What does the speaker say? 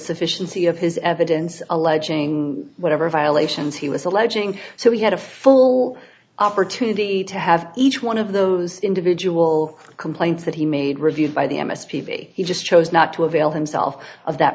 sufficiency of his evidence alleging whatever violations he was alleging so he had a full opportunity to have each one of those individual complaints that he made reviewed by the m s p he just chose not to avail himself of that